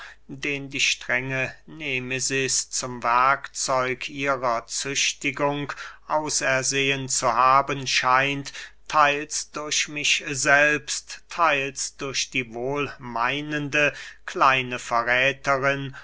den die strenge nemesis zum werkzeug ihrer züchtigung ausersehen zu haben scheint theils durch mich selbst theils durch die wohlmeinende kleine verrätherin